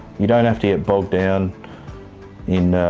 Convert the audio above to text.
you don't have to get bogged down in